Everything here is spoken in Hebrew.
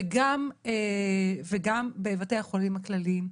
וגם בבתי החולים הכללים,